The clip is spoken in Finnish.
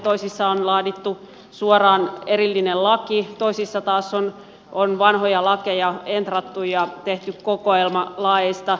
toisissa on laadittu suoraan erillinen laki toisissa taas on vanhoja lakeja entrattu ja tehty kokoelma laeista